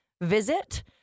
visit